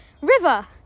river